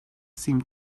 seemed